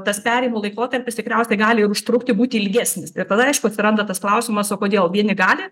tas perėjimo laikotarpis tikriausiai gali ir užtrukti būti ilgesnis ir tada aišku atsiranda tas klausimas o kodėl vieni gali